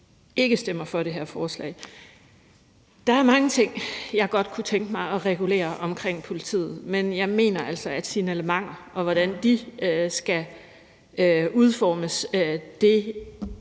vi stemmer ikke for det her forslag. Der er mange ting, jeg godt kunne tænke mig at regulere omkring politiet, men jeg mener altså, at signalementer, og hvordan de skal udformes,